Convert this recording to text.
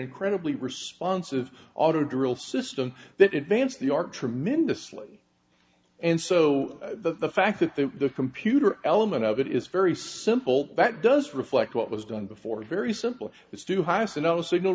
incredibly responsive auto drill system that invents the arc tremendously and so the fact that the computer element of it is very simple that does reflect what was done before very simple it's too high so no signal